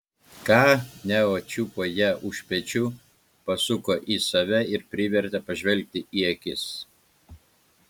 ką neo čiupo ją už pečių pasuko į save ir privertė pažvelgti į akis